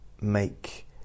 make